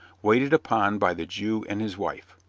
waited upon by the jew and his wife.